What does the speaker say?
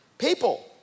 People